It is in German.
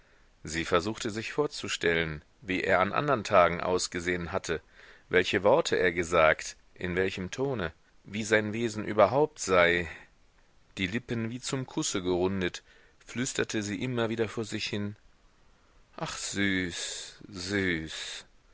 sie versuchte sich vorzustellen wie er an andern tagen ausgesehen hatte welche worte er gesagt in welchem tone wie sein wesen überhaupt sei die lippen wie zum kusse gerundet flüsterte sie immer wieder vor sich hin ach süß süß